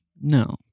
No